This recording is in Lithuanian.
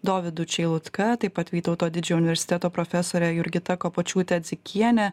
dovydu čeilutka taip pat vytauto didžiojo universiteto profesore jurgita kapočiūte dzikiene